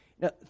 Now